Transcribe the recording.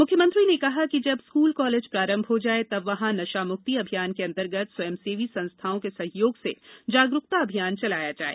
मुख्यमंत्री श्री चौहान ने कहा कि जब स्कूल कॉलेज प्रारंभ हो जायें तब वहाँ नशामुक्ति अभियान के अंतर्गत स्वयंसेवी संस्थाओं के सहयोग से जागरूकता अभियान चलाया जाये